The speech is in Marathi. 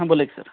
हां बोला सर